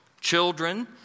children